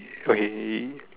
okay